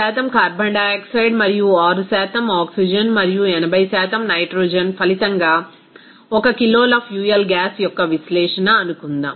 0 carbon dioxide మరియు 6 oxygen మరియు 80 nitrogen ఫలితంగా 1 కిలోల ఫ్యూయల్ గ్యాస్ యొక్క విశ్లేషణ అనుకుందాం